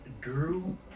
Drew